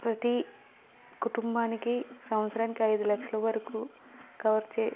ప్రతి కుటుంబానికి సంవత్సరానికి ఐదు లక్షల వరకు కవర్ చెయ్